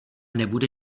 nebude